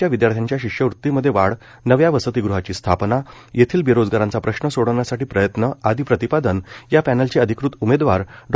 च्या विद्यार्थ्यांच्या शिष्यवृत्ती मध्ये वाढ नव्या वसतिगृहाची स्थापना येथील बेरोजगारांचा प्रश्न सोडवण्यासाठी प्रयत्न आदि प्रतिपादन या पॅनलचे अधिकृत उमेदवार डॉ